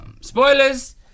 Spoilers